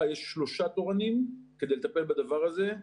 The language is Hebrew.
יש שם שלושה תורנים כדי לטפל בדבר הזה.